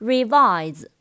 Revise